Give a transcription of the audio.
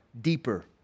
deeper